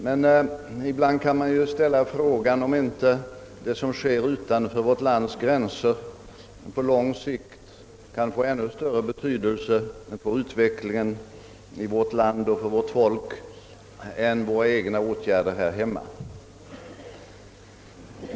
Men ibland kan man ju ställa frågan om inte det som sker utanför vårt lands gränser på lång sikt kan få ännu större betydelse för utvecklingen i vårt land och för vårt folk än våra egna åtgärder här hemma.